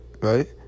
Right